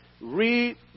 Read